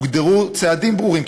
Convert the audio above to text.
הוגדרו צעדים ברורים,